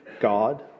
God